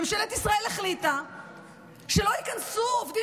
ממשלת ישראל החליטה שלא ייכנסו עובדים